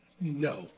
No